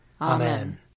Amen